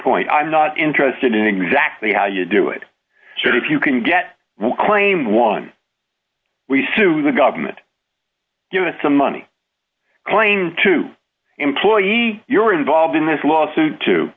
point i'm not interested in exactly how you do it short if you can get claim one we sue the government with some money claim to employee you're involved in this lawsuit to